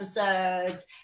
episodes